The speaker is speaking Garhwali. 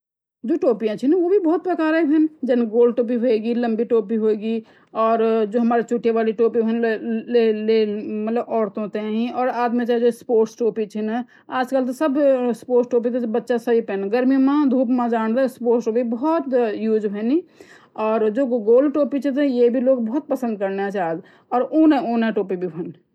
जो टोपिया चीन वो भी कई प्रकार का चीन जान गोल टोपी हुइगी ,लम्बी टोपी ,जो हमारे चुटिया वाली टोपी औरतों है ही और आदमियों ते जो स्पोर्ट्स टोपी चीन स्पोर्ट्स टोपी तो सब ही फंदा गर्मियों माँ धुप माँ जान तो स्पोर्ट्स टोपी छूट उसे हंडी और उन टोपी भी होंदी